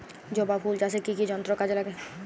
জবা ফুল চাষে কি কি যন্ত্র কাজে লাগে?